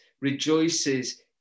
rejoices